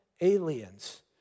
aliens